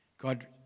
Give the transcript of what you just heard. God